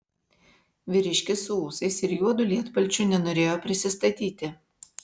vyriškis su ūsais ir juodu lietpalčiu nenorėjo prisistatyti